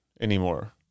anymore